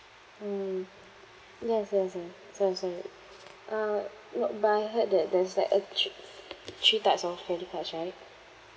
mm yes yes ya so sorry uh not but I heard that there's like actually three types of credit cards right